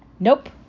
Nope